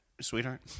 Sweetheart